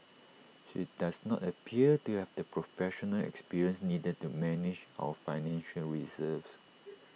she does not appear to have the professional experience needed to manage our financial reserves